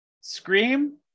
Scream